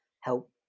help